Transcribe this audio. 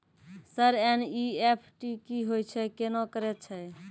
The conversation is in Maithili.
सर एन.ई.एफ.टी की होय छै, केना करे छै?